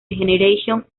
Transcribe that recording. generation